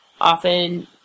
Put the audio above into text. often